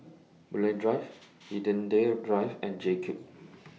Boon Lay Drive Hindhede Drive and JCube